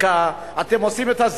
אתם עושים אקרובטיקה,